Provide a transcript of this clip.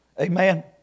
Amen